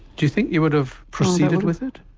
do you think you would have proceeded with it?